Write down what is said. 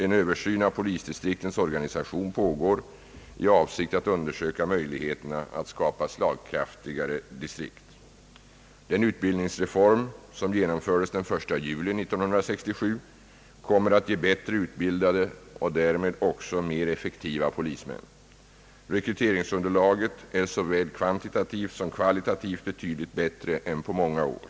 En översyn av polisdistriktens organisation pågår i avsikt att undersöka möjligheterna att skapa slagkraftigare distrikt. Den utbildningsreform som genomfördes den 1 juli 1967 kommer att ge bättre utbildade och därmed också mer effektiva polismän. Rekryteringsunderlaget är såväl kvantitativt som kvalitativt betydligt bättre än på många år.